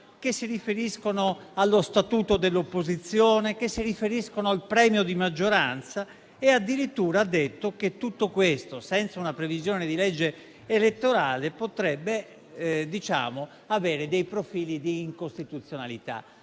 elettorale, allo statuto dell'opposizione, al premio di maggioranza e addirittura ha detto che tutto questo, senza una previsione di legge elettorale, potrebbe avere dei profili di incostituzionalità.